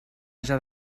haja